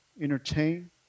entertain